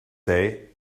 day